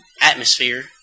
atmosphere